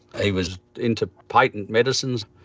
he was into patent medicines.